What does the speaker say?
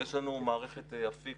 יש לנו מערכת אפיק,